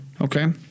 Okay